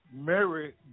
Mary